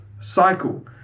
cycle